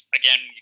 again